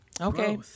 okay